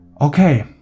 Okay